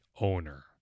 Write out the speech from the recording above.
owner